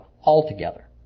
altogether